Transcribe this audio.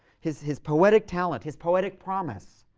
his his poetic talent, his poetic promise,